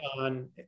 on